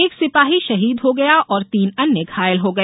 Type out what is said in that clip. एक सिपाही शहीद हो गया और तीन अन्य घायल हो गए